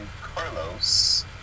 Carlos